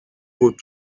faut